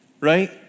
right